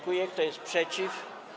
Kto jest przeciw?